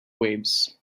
waves